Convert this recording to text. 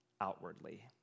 outwardly